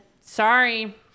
sorry